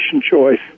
choice